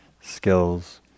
skills